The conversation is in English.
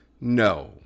No